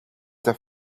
that